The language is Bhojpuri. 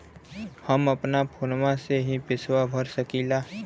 हम अपना फोनवा से ही पेसवा भर सकी ला?